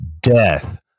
death